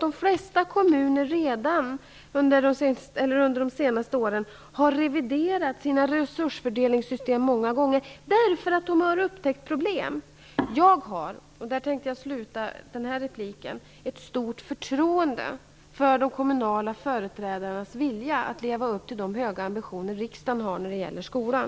De flesta kommuner har under de senaste åren reviderat sina resursfördelningssystem därför att de har upptäckt problem. Låt mig sluta den här repliken med att säga att jag har ett stort förtroende för de kommunala företrädarnas vilja att leva upp till de höga ambitioner riksdagen har när det gäller skolan.